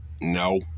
No